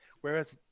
Whereas